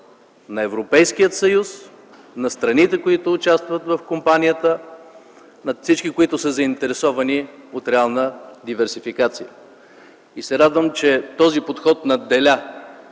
на Европейския съюз, на страните, които участват в компанията, на всички, които са заинтересовани от реална диверсификация. Радвам се, че този подход надделя.